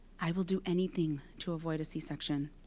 i will do anything to avoid a c-section.